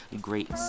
great